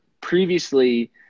previously